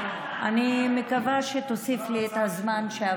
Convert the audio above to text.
אני מקווה שתוסיף לי את הזמן שעבר.